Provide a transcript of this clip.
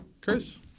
Chris